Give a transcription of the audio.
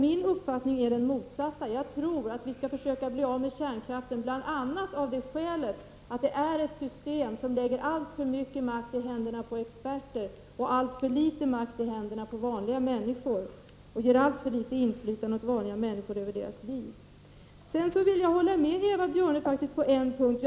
Min uppfattning är den motsatta. Vi skall försöka bli av med kärnkraften bl.a. av det skälet att det är ett system som lägger alltför mycket makt i händerna på experterna, och alltför litet makt i händerna på vanliga människor. Med detta energisystem får vanliga människor alltför lite inflytande över sina egna liv. Jag vill faktiskt hålla med Eva Björne på en punkt.